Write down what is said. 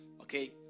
Okay